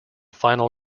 final